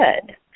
good